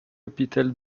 hôpital